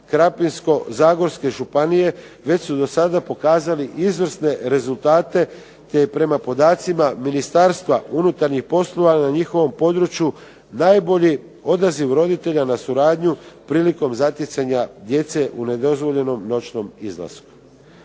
Krapinsko-zagorske županije već su do sada pokazali izvrsne rezultate te je prema podacima Ministarstva unutarnjih poslova na njihovom području najbolji odaziv roditelja na suradnju prilikom zatjecanja djece u nedozvoljenom noćnom izlasku.